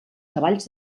cavalls